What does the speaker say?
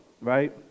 right